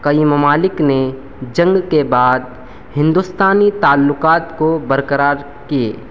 کئی ممالک نے جنگ کے بعد ہندوستانی تعلّقات کو برقرار کئے